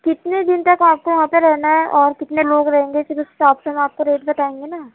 کتنے دِن تک آپ کو یہاں پہ رہنا اور کتنے لوگ رہیں گے پھر اُس حساب سے میں آپ کو ریٹ بتاؤں گی نا